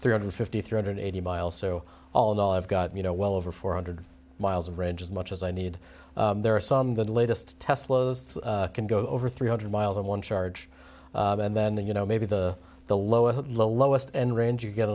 three hundred fifty three hundred eighty miles so all in all i've got you know well over four hundred miles of range as much as i need there are some the latest test lows can go over three hundred miles on one charge and then the you know maybe the the low at the lowest end range you get